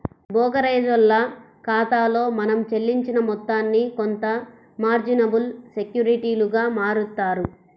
బోకరేజోల్ల ఖాతాలో మనం చెల్లించిన మొత్తాన్ని కొంత మార్జినబుల్ సెక్యూరిటీలుగా మారుత్తారు